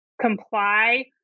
comply